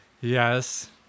Yes